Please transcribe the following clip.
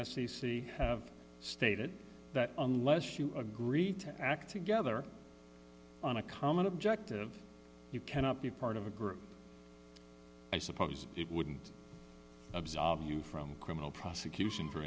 c have stated that unless you agree to act together on a common objective you cannot be part of a group i suppose it wouldn't absolve you from criminal prosecution for